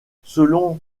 selon